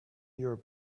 your